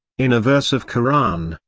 in a verse of koran,